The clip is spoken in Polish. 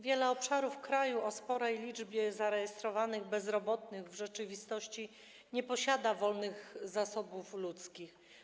Wiele obszarów kraju o sporej liczbie zarejestrowanych bezrobotnych w rzeczywistości nie posiada wolnych zasobów ludzkich.